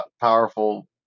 powerful